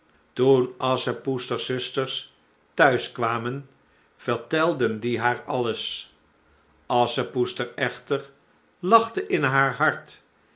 toen asschepoesters zusters t huis kwamen vertelden die haar alles asschepoester echter lachte in haar hart